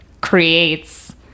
creates